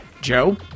Joe